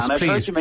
please